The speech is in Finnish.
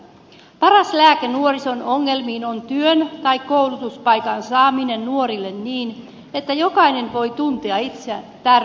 paras lääke nuorison ongelmiin on työn tai koulutuspaikan saaminen nuorille niin että jokainen voi tuntea itsensä tärkeäksi